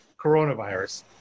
coronavirus